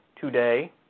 today